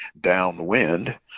downwind